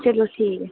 चलो ठीक ऐ